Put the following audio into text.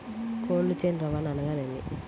Cold chain రవాణా అనగా నేమి?